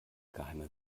geheime